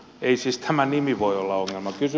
ei siis tämä nimi voi olla ongelma